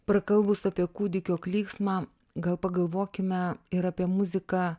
prakalbus apie kūdikio klyksmą gal pagalvokime ir apie muziką